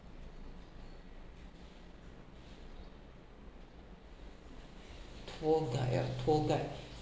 tour guide ah tour guide